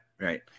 right